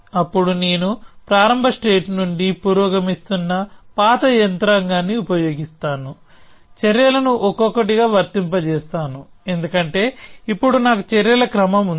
అప్పుడు నేను ప్రారంభ స్టేట్ నుండి పురోగమిస్తున్న పాత యంత్రాంగాన్ని ఉపయోగిస్తాను చర్యలను ఒక్కొక్కటిగా వర్తింపజేస్తాను ఎందుకంటే ఇప్పుడు నాకు చర్యల క్రమం ఉంది